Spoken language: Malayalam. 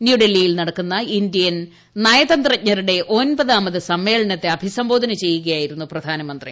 ന്യൂഡൽഹ്ലീയിൽ നടക്കുന്ന ഇന്ത്യൻ നയതന്ത്രജ്ഞ രുടെ ഒൻപതാമത് സമ്മേളനത്തെ അഭിസംബോധന ചെയ്യുകയായി രുന്നു പ്രധാനമന്ത്രി